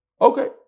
Okay